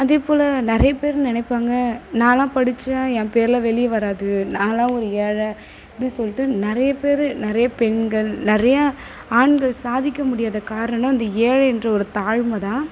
அதேபோல நிறையப்பேரு நினைப்பாங்க நாலாம் படிச்சால் என் பேர்லாம் வெளிய வராது நான்லாம் ஒரு ஏழை அப்படி சொல்ட்டு நிறைய பேர் நிறைய பெண்கள் நிறையா ஆண்கள் சாதிக்க முடியாத காரணம் இந்த ஏழை என்ற தாழ்மைதான்